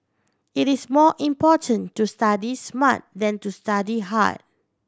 it is more important to study smart than to study hard